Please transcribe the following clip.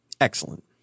Excellent